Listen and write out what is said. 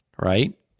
right